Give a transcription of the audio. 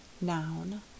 Noun